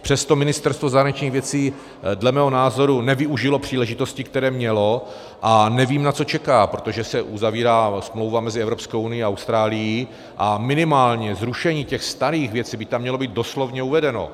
Přesto Ministerstvo zahraničních věcí dle mého názoru nevyužilo příležitosti, které mělo, a nevím, na co čeká, protože se uzavírá smlouva mezi Evropskou unií a Austrálií a minimálně zrušení těch starých věcí by tam mělo být doslovně uvedeno.